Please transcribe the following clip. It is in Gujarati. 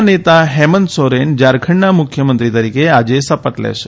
ના નેતા હેમંત સોરેન ઝારખંડના મુખ્યમંત્રી તરીકે આજે શપથ લેશે